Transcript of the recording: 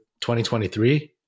2023